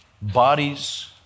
bodies